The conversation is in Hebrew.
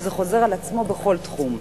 וזה חוזר על עצמו בכל תחום,